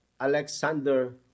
alexander